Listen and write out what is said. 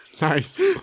Nice